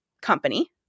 company